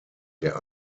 der